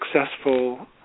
successful